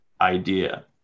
idea